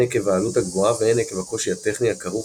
הן עקב העלות הגבוהה והן עקב הקושי הטכני הכרוך